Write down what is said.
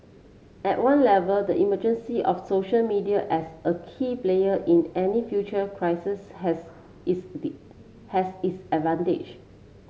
at one level the emergence of social media as a key player in any future crisis has its did has its advantage